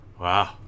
Wow